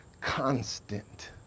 constant